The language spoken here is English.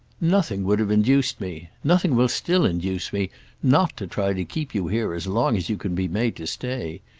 nothing would have induced me nothing will still induce me not to try to keep you here as long as you can be made to stay.